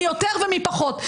מי יותר ומי פחות.